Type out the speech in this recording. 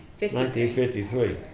1953